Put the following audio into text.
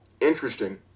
Interesting